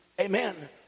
amen